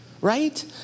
right